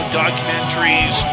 documentaries